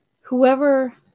whoever